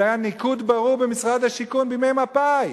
זה היה ניקוד ברור במשרד השיכון בימי מפא"י.